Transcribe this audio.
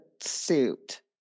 suit